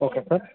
okay sir